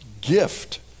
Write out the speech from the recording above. gift